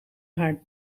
haar